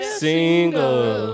single